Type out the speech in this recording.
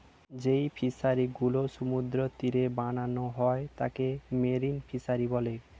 যেই ফিশারি গুলো সমুদ্রের তীরে বানানো হয় তাকে মেরিন ফিসারী বলে